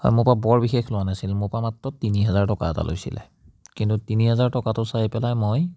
হয় মোৰ পৰা বৰ বিশেষ লোৱা নাছিল মোৰ পৰা মাত্ৰ তিনি হাজাৰ টকা এটা লৈছিলে কিন্তু তিনি হাজাৰ টকাটো চাই পেলাই মই